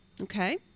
Okay